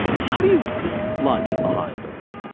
how do you eat lunch at the hospital?